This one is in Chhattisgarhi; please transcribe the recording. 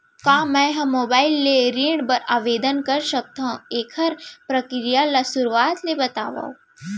का मैं ह मोबाइल ले ऋण बर आवेदन कर सकथो, एखर प्रक्रिया ला शुरुआत ले बतावव?